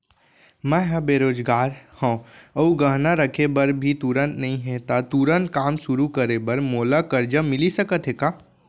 मैं ह बेरोजगार हव अऊ गहना रखे बर भी तुरंत नई हे ता तुरंत काम शुरू करे बर मोला करजा मिलिस सकत हे का?